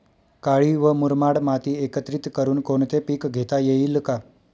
काळी व मुरमाड माती एकत्रित करुन कोणते पीक घेता येईल का?